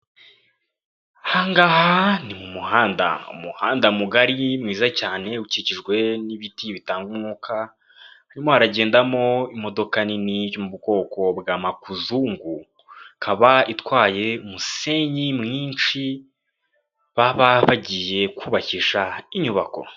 Aha ngaha ni mu muhanda, umuhanda mugari mwiza cyane ukikijwe n'ibiti bitanga umwukamo harimo haragendamo imodoka nini yo mu bwoko bwa makuzungu, ikaba itwaye umusenyi mwinshi baba bagiye kubakisha inyubako.